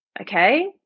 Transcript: Okay